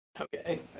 Okay